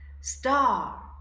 star